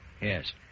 Yes